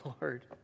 Lord